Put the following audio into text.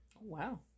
Wow